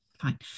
fine